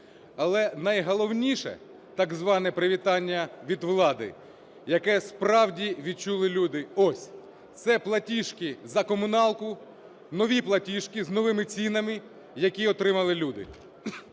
Але найголовніше, так зване, привітання від влади, яке справді відчули люди, ось – це платіжки за комуналку. Нові платіжки з новими цінами, які отримали люди.